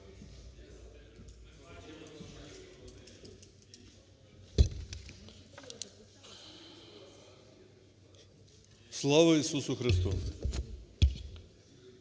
Слава Ісусу Христу!